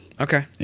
Okay